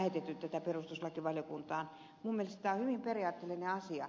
minun mielestäni tämä on hyvin periaatteellinen asia